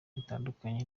bitandukanye